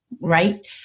right